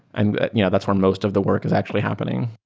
and you know that's where most of the work is actually happening.